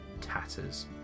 tatters